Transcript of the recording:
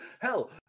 hell